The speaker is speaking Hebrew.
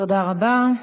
תודה רבה.